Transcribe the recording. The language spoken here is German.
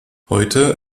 heute